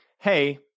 hey